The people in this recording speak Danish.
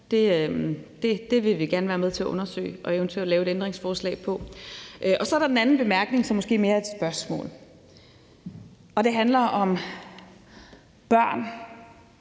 Det vil vi gerne være med til at undersøge og eventuelt lave et ændringsforslag om. Så er der den anden bemærkning, som måske mere er et spørgsmål, og det handler om børn,